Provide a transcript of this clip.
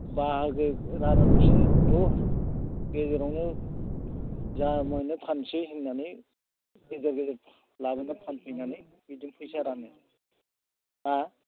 बाहागो रानालासेनो थौ गेजेरावनो जा मोनो फाननोसै होननानै गेजेर गेजेर लाबोनानै फानफैनानै बिदिनो फैसा रानो हा